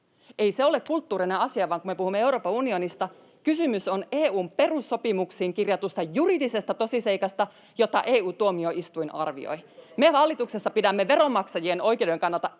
Ei se ole kulttuurinen asia, vaan kun me puhumme Euroopan unionista, kysymys on EU:n perussopimuksiin kirjatusta juridisesta tosiseikasta, jota EU-tuomioistuin arvioi. [Juha Mäenpään välihuuto] Me hallituksessa pidämme veronmaksajien oikeuden kannalta